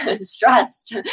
stressed